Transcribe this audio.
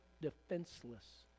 defenseless